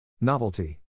Novelty